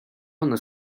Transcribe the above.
one